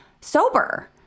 sober